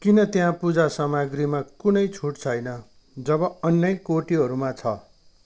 किन त्यहाँ पूजा सामाग्रीमा कुनै छुट छैन जब अन्य कोटीहरूमा छ